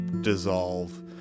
dissolve